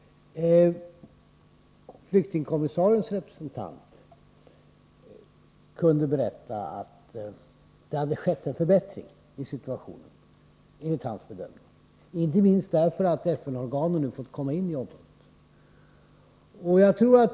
Flyktingkommissariens representant kunde berätta att det, enligt hans bedömning, hade skett en förbättring av situationen, inte minst därför att FN-organen nu har fått komma in i området.